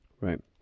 Right